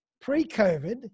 Pre-COVID